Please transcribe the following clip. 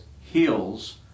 heals